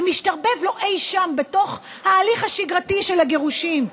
זה משתרבב לו אי-שם בתוך ההליך השגרתי של הגירושים,